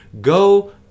Go